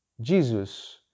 Jesus